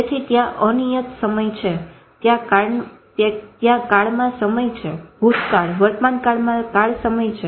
તેથી ત્યાં અનિયત સમય છે ત્યાં કાળમાં સમય છે ભૂતકાળ વર્તમાનકાળમાં કાળસમય છે